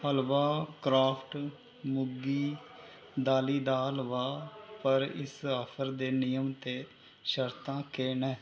हलवा craft मुगी दाली दा हलवा पर इस ऑफर दे नियम ते शर्तां केह् न